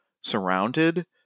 surrounded